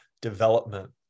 Development